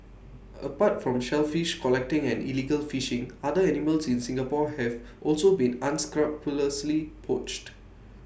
apart from shellfish collecting and illegal fishing other animals in Singapore have also been unscrupulously poached